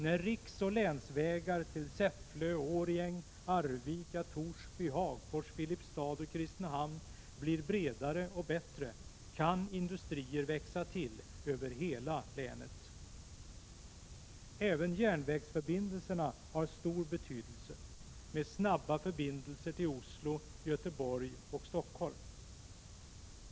När riksoch länsvägar till Säffle, Årjäng, Arvika, Torsby, Hagfors, Filipstad och Kristinehamn blir bredare och bättre kan industrier växa till över hela länet. Även järnvägsförbindelserna har stor betydelse, med snabba förbindelser med Oslo, Göteborg och Stockholm.